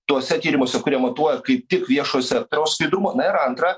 tuose tyrimuose kurie matuoja kaip tik viešojo sektoriaus skaidrumą na ir antra